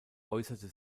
äußerte